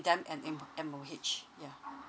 them and M M_O_H ya